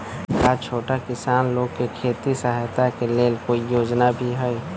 का छोटा किसान लोग के खेती सहायता के लेंल कोई योजना भी हई?